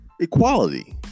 equality